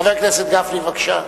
חבר הכנסת גפני, בבקשה.